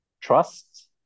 trust